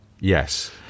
yes